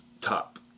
top